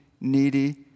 needy